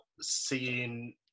seeing